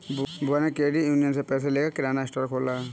बुआ ने credit union से पैसे लेकर किराना स्टोर खोला है